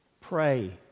Pray